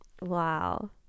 wow